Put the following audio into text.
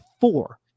four